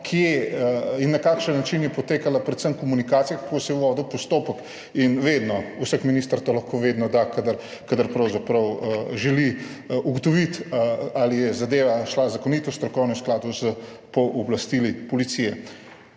kje in na kakšen način je potekala predvsem komunikacija, kako se je vodil postopek in vedno, vsak minister to lahko vedno da, kadar pravzaprav želi ugotoviti, ali je zadeva šla zakonito, strokovno in v skladu s pooblastili Policije.